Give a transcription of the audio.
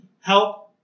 Help